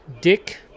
Dick